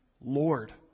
Lord